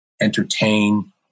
entertain